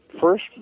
first